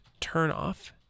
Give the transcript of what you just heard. turnoff